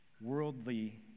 Worldly